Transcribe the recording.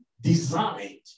designed